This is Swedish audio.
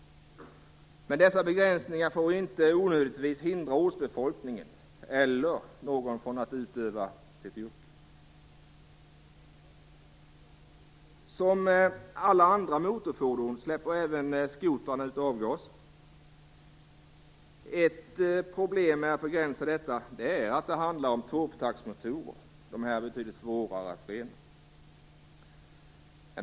Men dessa begränsningar får inte onödigtvis hindra ortsbefolkningen eller hindra någon från att utöva sitt yrke. Som alla andra motorfordon släpper även skotrar ut avgaser. Ett problem med att begränsa utsläppen är att det handlar om tvåtaktsmotorer. Sådana är det betydligt svårare att rena.